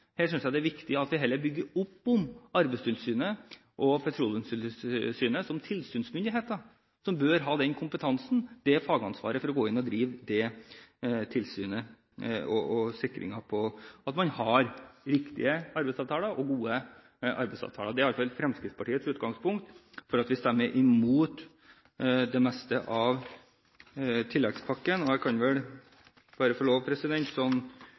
Her synes jeg det er viktig at vi heller bygger opp om Arbeidstilsynet og Petroleumstilsynet som tilsynsmyndigheter, som bør ha kompetansen og fagansvaret for å gå inn og drive tilsyn og sikre at man har riktige og gode arbeidsavtaler. Det er i hvert fall Fremskrittspartiets utgangspunkt for at vi stemmer imot det meste av tiltakspakken. Til slutt kan